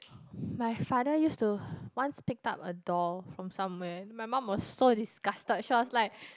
my father used to once picked up a doll from somewhere my mum was so disgusted she was like